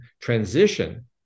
transition